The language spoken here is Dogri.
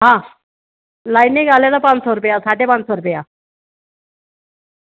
आं लाईनिंग आह्ले दा पंज सौ जां साढ़े पंज सौ रपेआ